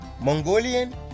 Mongolian